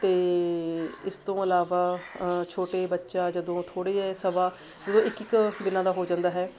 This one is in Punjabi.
ਅਤੇ ਇਸ ਤੋਂ ਇਲਾਵਾ ਛੋਟੇ ਬੱਚਾ ਜਦੋਂ ਥੋੜ੍ਹੇ ਜਿਹੇ ਸਵਾ ਜਦੋਂ ਇੱਕੀ ਕ ਦਿਨਾਂ ਦਾ ਹੋ ਜਾਂਦਾ ਹੈ